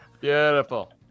Beautiful